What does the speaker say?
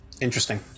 Interesting